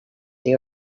they